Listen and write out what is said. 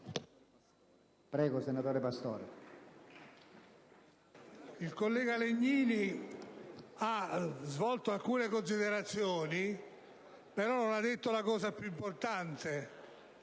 il collega Legnini ha svolto alcune considerazioni, però non ha detto la cosa più importante,